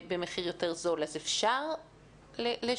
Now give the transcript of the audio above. במחיר יותר זול, אז אפשר לשנות?